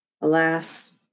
Alas